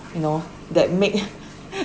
you know that make